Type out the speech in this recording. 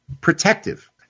protective